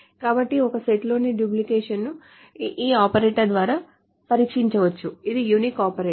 కాబట్టి ఒక సెట్లోని డూప్లికేషన్ ని ఈ ఆపరేటర్ ద్వారా పరీక్షించవచ్చు ఇది unique ఆపరేటర్